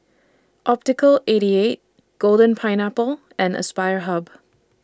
Optical eighty eight Golden Pineapple and Aspire Hub